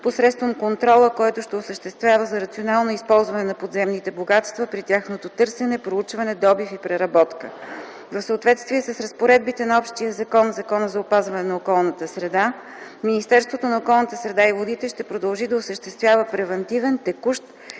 посредством контрола, който ще осъществява за рационално използване на подземните богатства при тяхното търсене, проучване, добив и преработка. В съответствие с разпоредбите на общия закон – Закона за опазване на околната среда, Министерството на околната среда и водите ще продължи да осъществява превантивен, текущ